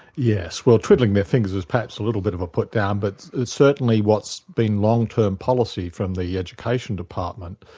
yes. well twiddling their fingers is perhaps a little bit of a put-down, but it's certainly what's been long-term policy from the education department,